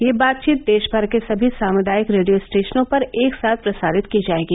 यह बातचीत देशभर के सभी सामुदायिक रेडियो स्टेशनों पर एक साथ प्रसारित की जाएगी